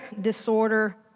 disorder